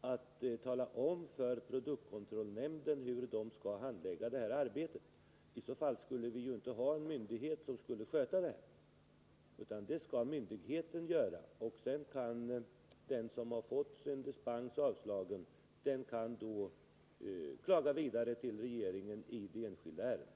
att tala 17 december 1979 om för produktkontrollnämnden hur den skall handlägga det arbetet — i så fall skulle vi ju inte ha någon särskild myndighet som skulle sköta det — utan Om lokaliseringen det skall myndigheten själv göra. Sedan kan den som har fätt en dispensansökan avslagen klaga vidare till regeringen i det enskilda ärendet.